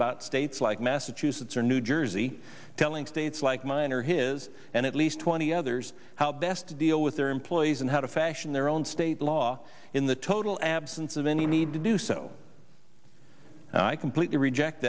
about states like massachusetts or new jersey telling states like mine or his and at least twenty others how best to deal with their employees and how to fashion their own state law in the total absence of any need to do so i completely reject